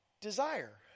desire